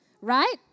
right